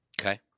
Okay